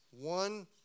one